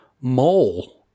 mole